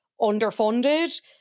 underfunded